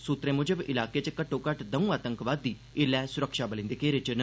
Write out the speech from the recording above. सुत्तरें मुजब इलाके च घट्टोघट्ट दौं आतंकवादी ऐल्लै सुरक्षाबलें दे घेरे च न